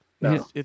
no